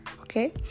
Okay